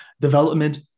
development